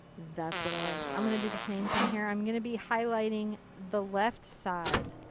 that's what i like. i'm going to do the same thing here. i'm going to be highlighting the left side.